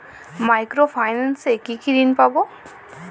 Micro finance এ কি কি ঋণ পাবো?